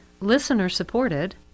listener-supported